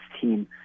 team